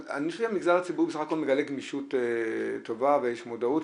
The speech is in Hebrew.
אני חושב שהמגזר הציבורי בסך הכול מגלה גמישות טובה ויש מודעות,